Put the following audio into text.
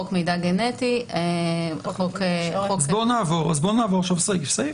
חוק מידע גנטי --- אז בואו נעבור עכשיו סעיף-סעיף.